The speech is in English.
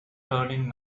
turning